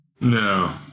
No